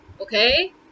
okay